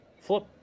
flip